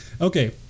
okay